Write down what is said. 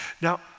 Now